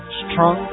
strong